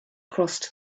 crossed